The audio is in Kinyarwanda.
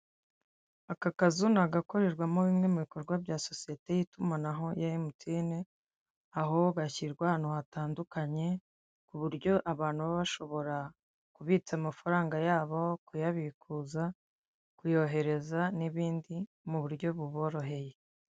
Aka kazu ni agakorerwamo bimwe mu bikorwa bya sosiyete y'itumanaho ya MTN, Aho gashyirwa ahantu hatandukanye kuburyo abantu baba bashobora amafaranga yabo, kuyabikuza, kuyohereza n'ibindi muburyo buboroheye.